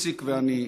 איציק ואני,